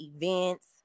events